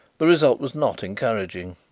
the result was not encouraging.